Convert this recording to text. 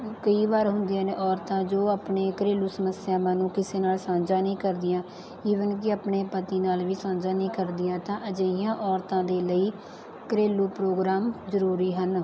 ਕਈ ਵਾਰ ਹੁੰਦੀਆਂ ਨੇ ਔਰਤਾਂ ਜੋ ਆਪਣੇ ਘਰੇਲੂ ਸਮੱਸਿਆਵਾਂ ਨੂੰ ਕਿਸੇ ਨਾਲ ਸਾਂਝਾ ਨਹੀਂ ਕਰਦੀਆਂ ਈਵਨ ਕਿ ਆਪਣੇ ਪਤੀ ਨਾਲ ਵੀ ਸਾਂਝਾ ਨਹੀਂ ਕਰਦੀਆਂ ਤਾਂ ਅਜਿਹੀਆਂ ਔਰਤਾਂ ਦੇ ਲਈ ਘਰੇਲੂ ਪ੍ਰੋਗਰਾਮ ਜ਼ਰੂਰੀ ਹਨ